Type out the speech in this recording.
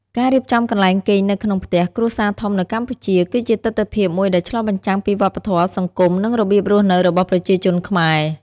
ការរៀបចំកន្លែងគេងនៅក្នុងផ្ទះគ្រួសារធំនៅកម្ពុជា គឺជាទិដ្ឋភាពមួយដែលឆ្លុះបញ្ចាំងពីវប្បធម៌ សង្គម និងរបៀបរស់នៅរបស់ប្រជាជនខ្មែរ។